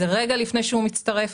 זה רגע לפני שהוא מצטרף.